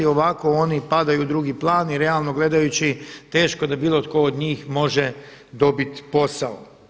Ovako oni padaju u drugi plan i realno gledajući teško da bilo tko od njih može dobiti posao.